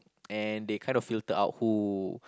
and they kind of filter out who